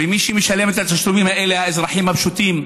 ומי שמשלם את התשלומים האלה הם האזרחים הפשוטים,